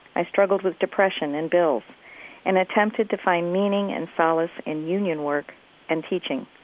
i struggled with depression and bills and attempted to find meaning and solace in union work and teaching.